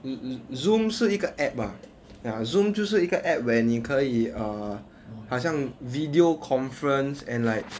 mm mm Zoom 是一个 app ah ya Zoom 就是一个 app where 你可以 err 好像 video conference and like